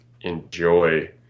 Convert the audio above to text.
enjoy